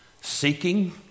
seeking